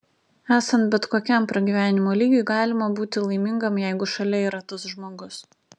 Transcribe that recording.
esant bet kokiam pragyvenimo lygiui galima būti laimingam jeigu šalia yra tas žmogus